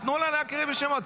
אבל תנו לה להקריא את השמות,